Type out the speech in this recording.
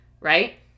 right